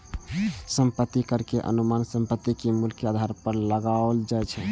संपत्ति कर के अनुमान संपत्ति के मूल्य के आधार पर लगाओल जाइ छै